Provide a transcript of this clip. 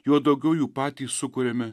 juo daugiau jų patys sukuriame